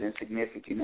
insignificant